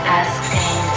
asking